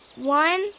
One